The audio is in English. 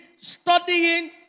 studying